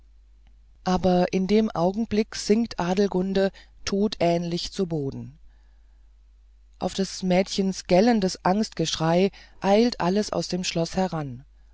aber in dem augenblick sinkt adelgunde todähnlich zu boden auf des mädchens gellendes angstgeschrei eilt alles aus dem schlosse herzu